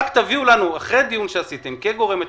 רק תביאו לנו, אחרי דיון שקיימתם כגורם מתכלל,